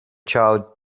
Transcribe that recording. child